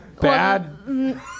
bad